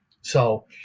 So-